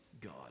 God